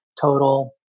total